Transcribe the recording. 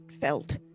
felt